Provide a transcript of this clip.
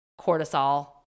cortisol